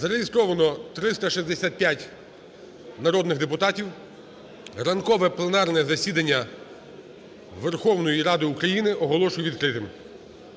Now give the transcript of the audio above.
Зареєстровано 365 народних депутатів. Ранкове пленарне засідання Верховної Ради України оголошую відкритим.